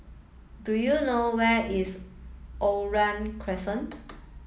do you know where is Oriole Crescent